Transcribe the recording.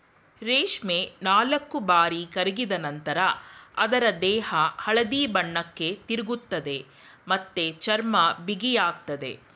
ರೇಷ್ಮೆ ನಾಲ್ಕುಬಾರಿ ಕರಗಿದ ನಂತ್ರ ಅದ್ರ ದೇಹ ಹಳದಿ ಬಣ್ಣಕ್ಕೆ ತಿರುಗ್ತದೆ ಮತ್ತೆ ಚರ್ಮ ಬಿಗಿಯಾಗ್ತದೆ